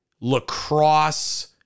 lacrosse